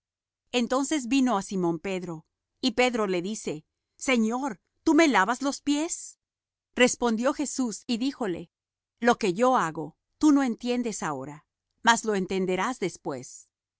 entonces vino á simón pedro y pedro le dice señor tú me lavas los pies respondió jesús y díjole lo que yo hago tú no entiendes ahora mas lo entenderás después